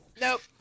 nope